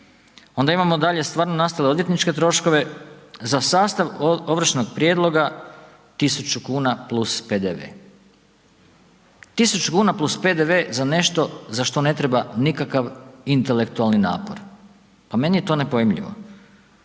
onda imamo dalje stvarno nastale odvjetničke troškove, za sastav ovršnog prijedloga 1.000,00 kn + PDV, 1.000,00 kn + PDV za nešto za što ne treba nikakav intelektualni napor, pa meni je to nepojmljivo.